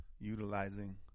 utilizing